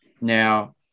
Now